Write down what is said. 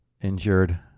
injured